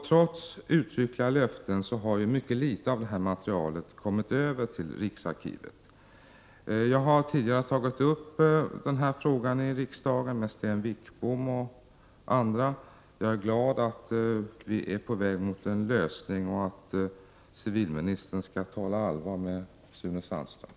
Trots uttryckliga löften har mycket litet av detta material kommit över till riksarkivet. Jag har tidigare tagit upp frågan här i riksdagen med Sten Wickbom och andra; jag är glad att vi är på väg mot en lösning och att civilministern skall tala allvar med Sune Sandström.